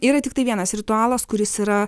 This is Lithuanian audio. yra tiktai vienas ritualas kuris yra